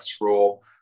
Rule